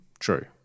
True